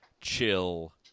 chill